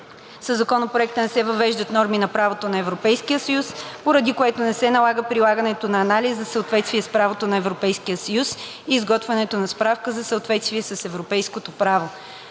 Със Законопроекта не се въвеждат норми на правото на Европейския съюз, поради което не се налага прилагането на анализ за съответствие с правото на Европейския съюз и изготвянето на справка за съответствие с европейското право.